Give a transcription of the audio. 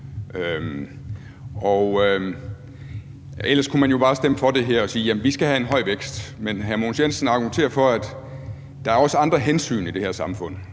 ellers kunne man jo bare stemme for det her og sige, at vi skal have en høj vækst. Men hr. Mogens Jensen argumenterer for, at der også er andre hensyn at tage i det her samfund.